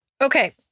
Okay